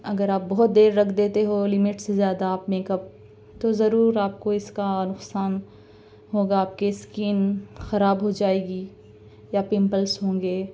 اگر آپ بہت دیر رکھ دیتے ہو لیمیٹ سے زیادہ آپ میک اپ تو ضرور آپ کو اس کا نقصان ہوگا آپ کی اسکین خراب ہو جائے گی یا پمپلس ہوں گے